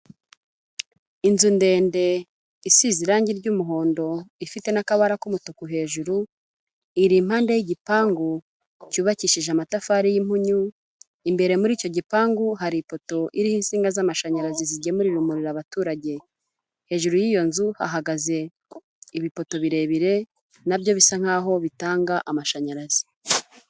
Inzu ndende isize irangi ry'umuhondo ifite n'akabara k'umutuku hejuru irimpande y'igipangu cyubakishije amatafari y'impunyu imbere muri icyo gipangu hari ipoto iriho insinga z'amashanyarazi zigemurira abaturage hejuru y'iyo nzu hahagaze ibipoto birebire nabyo bisa nkaho bitanga amashanyarazi.